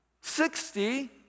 Sixty